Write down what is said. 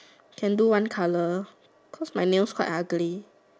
can do one colour cause my nails quite ugly